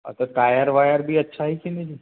अच्छा tyre wire भी अच्छा है कि नहीं